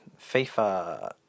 FIFA